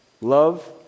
Love